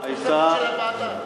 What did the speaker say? של הוועדה.